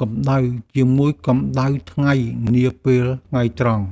កម្តៅថ្ងៃនាពេលថ្ងៃត្រង់។